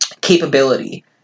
capability